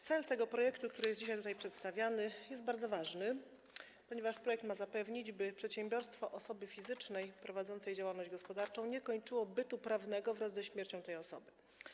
Cel tego projektu, który jest tutaj dzisiaj przedstawiany, jest bardzo ważny, ponieważ projekt ma zapewnić, by przedsiębiorstwo osoby fizycznej prowadzącej działalność gospodarczą nie kończyło bytu prawnego wraz ze śmiercią tej osoby.